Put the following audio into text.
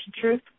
Truth